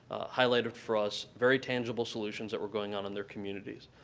highlighted for us very tangible solutions that were going on in their communities,